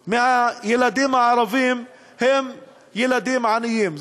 משני-שלישים מהילדים הערבים הם ילדים עניים,